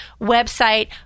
website